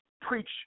preach